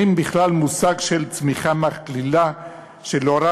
אין בכלל מושג של צמיחה מכלילה שלאורה